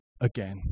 again